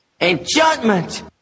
Enchantment